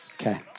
Okay